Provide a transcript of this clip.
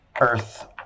Earth